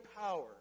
power